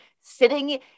sitting